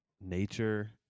Nature